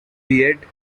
yet